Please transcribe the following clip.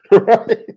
Right